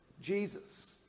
Jesus